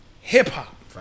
Hip-hop